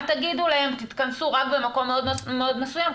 תגידו להם: אל תתכנסו במקום מאוד מאוד מסוים,